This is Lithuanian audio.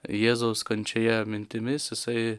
jėzaus kančioje mintimis jisai